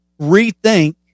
rethink